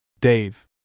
Dave